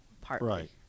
Partly